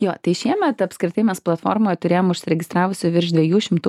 jo tai šiemet apskritai mes platformoj turėjom užsiregistravusių virš dviejų šimtų